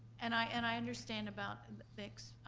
and i and i understand about the,